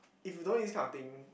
if you don't use this kind of thing